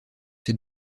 ses